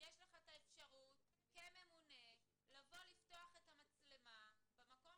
שיש לך את האפשרות כממונה לפתוח את המצלמה במקום